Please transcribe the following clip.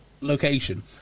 location